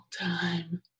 time